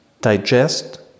digest